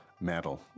Medal